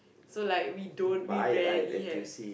so like we don't we rarely has